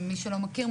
מי שלא מכיר,